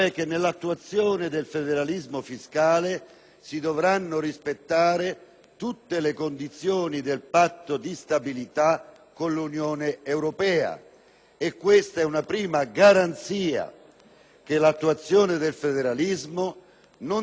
tutte le condizioni del patto di stabilità con l'Unione europea. È questa una prima garanzia che l'attuazione del provvedimento al nostro esame non determini sfondamenti negli equilibri finanziari del Paese.